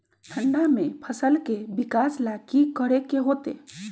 ठंडा में फसल के विकास ला की करे के होतै?